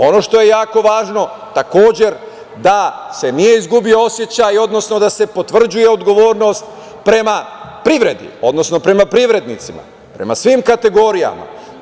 Ono što je jako važno jeste da se nije izgubio osećaj, odnosno da se potvrđuje odgovornost prema privredi, odnosno prema privrednicima, prema svim kategorijama.